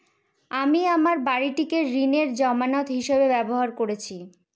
আমি আমার বাড়িটিকে ঋণের জামানত হিসাবে ব্যবহার করেছি